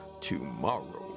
tomorrow